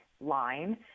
line